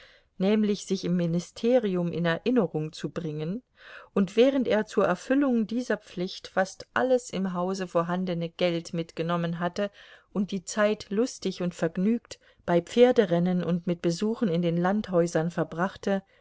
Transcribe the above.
nämlich sich im ministerium in erinnerung zu bringen und während er zur erfüllung dieser pflicht fast alles im hause vorhandene geld mitgenommen hatte und die zeit lustig und vergnügt bei pferderennen und mit besuchen in den landhäusern verbrachte